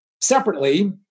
separately